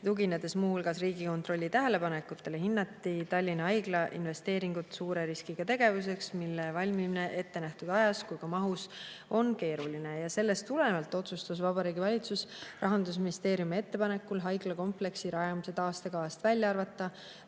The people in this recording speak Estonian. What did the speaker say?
Tuginedes muu hulgas Riigikontrolli tähelepanekutele, hinnati Tallinna Haigla investeeringut suure riskiga tegevuseks. [Haigla] valmimine nii ette nähtud ajaks kui ka mahus oli keeruline. Sellest tulenevalt otsustas Vabariigi Valitsus Rahandusministeeriumi ettepanekul haiglakompleksi rajamise taastekavast välja arvata.